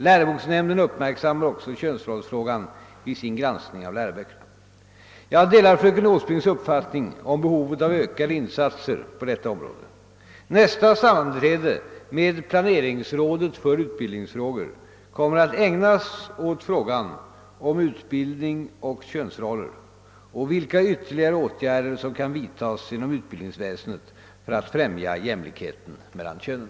Läroboksnämnden uppmärksammar också könsrollsfrågan vid sin granskning av läroböckerna. Jag delar fröken Åsbrinks uppfattning om behovet av ökade insatser på detta område. Nästa sammanträde med planeringsrådet för utbildningsfrågor kommer att ägnas åt frågan om utbildning och könsroller och vilka ytterligare åtgärder som kan vidtas inom utbildningsväsendet för att främja jämlikheten mellan könen.